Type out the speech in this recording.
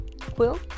Quill